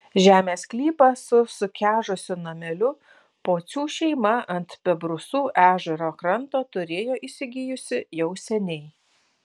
žemės sklypą su sukežusiu nameliu pocių šeima ant bebrusų ežero kranto turėjo įsigijusi jau seniai